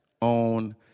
on